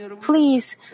please